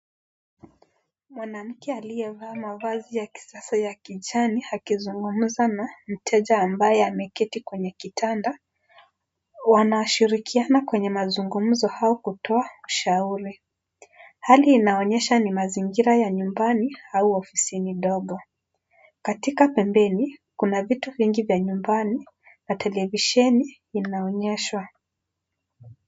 Mwanamke aliyevaa mavazi ya kisasa ya kijani akizungumza na mteja ambaye ameketi kwenye kitanda. Wanashirikiana kwenye mazungumzo au kutoa shauri. Hali inaonyesha ni mazingira ya nyumbani au ofisini dogo. Katika pembeni, kuna vitu vingi vya nyumbani na televisheni inaonyeshwa.